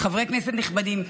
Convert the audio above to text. חברי כנסת נכבדים,